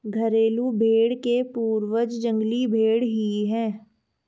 घरेलू भेंड़ के पूर्वज जंगली भेंड़ ही है